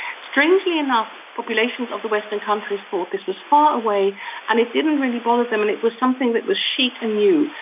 strangely enough, populations of the western countries thought this was far away and it didn't really bother them and it was something that was chic and new.